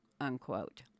unquote